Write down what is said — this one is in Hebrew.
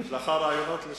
יש לך רעיונות של